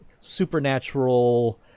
supernatural